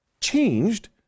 changed